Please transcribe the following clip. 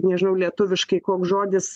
nežinau lietuviškai koks žodis